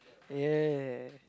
ya